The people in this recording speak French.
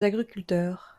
agriculteurs